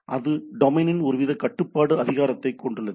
எனவே அது டொமைனின் ஒருவித கட்டுப்பாட்டு அதிகாரத்தைக் கொண்டுள்ளது